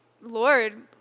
Lord